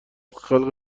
خلق